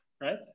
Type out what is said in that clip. right